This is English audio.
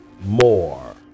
more